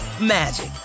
magic